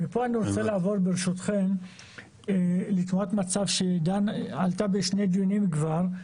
ופה אני רוצה לעבור ברשותכם לתמונת מצב שעלתה בשני דיונים כבר.